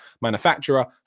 manufacturer